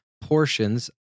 portions